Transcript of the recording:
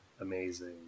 amazing